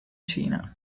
cina